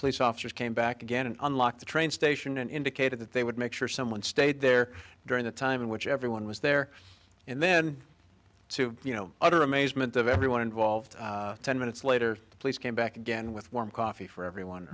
police officers came back again and unlocked the train station and indicated that they would make sure someone stayed there during the time in which everyone was there and then to you know utter amazement of everyone involved ten minutes later the police came back again with warm coffee for everyone